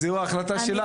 זו החלטה שלך.